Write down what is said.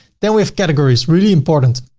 then we have categories really important.